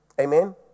Amen